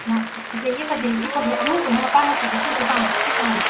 ꯍꯩꯃꯥ ꯐꯖꯩꯌꯦ ꯐꯖꯩ ꯁꯤ ꯐꯖꯩ ꯑꯉꯧꯕꯅ ꯃꯄꯥꯟ ꯍꯠꯄꯗꯨ ꯁꯤꯁꯦ ꯄꯥꯝꯃꯦ ꯁꯤ ꯄꯥꯝꯃꯦ